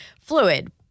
fluid